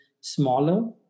smaller